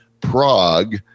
Prague